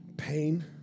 pain